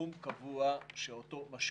בסכום קבוע שאותו משקיעים.